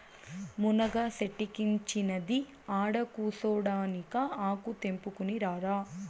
మునగ సెట్టిక్కించినది ఆడకూసోడానికా ఆకు తెంపుకుని రారా